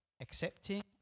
accepting